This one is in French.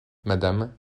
madame